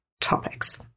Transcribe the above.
topics